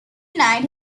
night